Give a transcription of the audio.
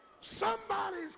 Somebody's